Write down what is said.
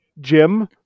Jim